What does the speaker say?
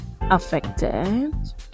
affected